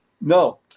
no